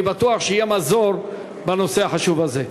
אני בטוח שיהיה מזור בנושא החשוב הזה.